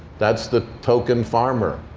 that's the token farmer.